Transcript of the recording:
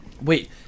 Wait